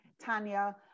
Tanya